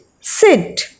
sit